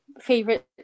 favorite